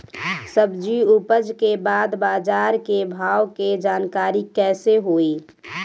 सब्जी उपज के बाद बाजार के भाव के जानकारी कैसे होई?